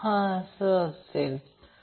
हे लहान a b c आहे हे कॅपिटल A B C आहे